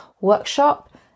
workshop